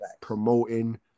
promoting